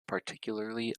particularly